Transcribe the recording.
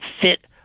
fit